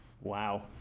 wow